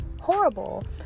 horrible